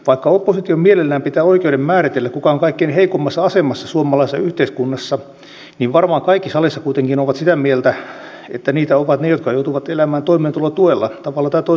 vaikka oppositio mielellään pitää oikeuden määritellä kuka on kaikkein heikoimmassa asemassa suomalaisessa yhteiskunnassa niin varmaan kaikki salissa kuitenkin ovat sitä mieltä että niitä ovat ne jotka joutuvat elämään toimeentulotuella tavalla tai toisella joutuvat siihen turvautumaan